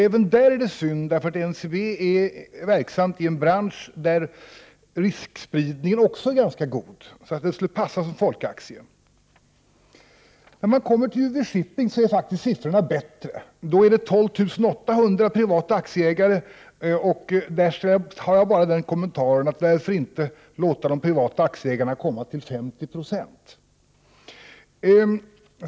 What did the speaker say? Även där är det synd, för NCB är verksamt i en bransch där riskspridningen också är ganska god. Den aktien skulle passa som folkaktie. Siffrorna för UV-Shipping är faktiskt bättre. Där finns 12 800 privata aktieägare. Här har jag bara den kommentaren: Varför inte låta de privata aktieägarna komma upp till 50 96?